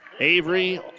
Avery